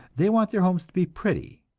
they want their homes to be pretty,